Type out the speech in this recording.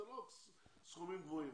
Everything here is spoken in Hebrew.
אלה לא סכומים גבוהים.